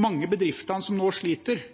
mange bedriftene som nå sliter,